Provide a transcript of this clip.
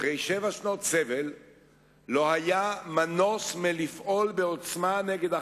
אחרי שבע שנות סבל לא היה מנוס מלפעול בעוצמה נגד ה"חמאס"